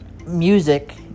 Music